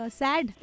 sad